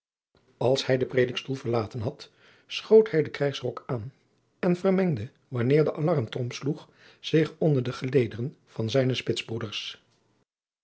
als hij den predikstoel verlaten had schoot hij den krijgsrok aan en vermengde wanneer de allarm trom sloeg zich onder de gelederen van zijne spitsbroeders